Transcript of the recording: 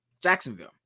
Jacksonville